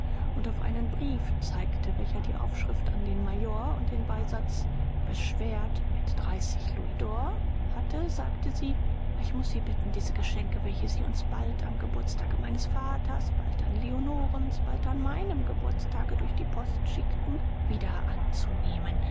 und auf einen brief zeigte welcher die aufschrift an den major und den beisatz beschwert mit dreißig louisd'or hatte sagte sie ich muß sie bitten diese geschenke welche sie uns bald am geburtstage meines vaters bald an leonorens bald an meinem geburtstage durch die post schickten wieder anzunehmen